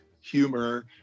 humor